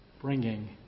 bringing